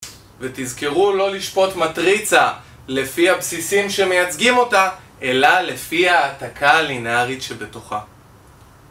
ותזכרו לא לשפוט מטריצה לפי הבסיסים שמייצגים אותה, אלא לפי ההעתקה הלינארית שבתוכה